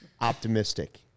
optimistic